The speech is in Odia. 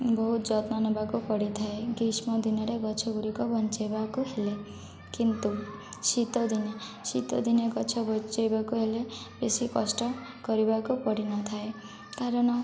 ବହୁତ ଯତ୍ନ ନେବାକୁ ପଡ଼ିଥାଏ ଗ୍ରୀଷ୍ମ ଦିନରେ ଗଛ ଗୁଡ଼ିକ ବଞ୍ଚାଇବାକୁ ହେଲେ କିନ୍ତୁ ଶୀତ ଦିନେ ଶୀତ ଦିନେ ଗଛ ବଞ୍ଚାଇବାକୁ ହେଲେ ବେଶୀ କଷ୍ଟ କରିବାକୁ ପଡ଼ିନଥାଏ କାରଣ